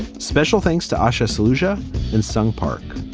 special thanks to aisha solutia and sung park.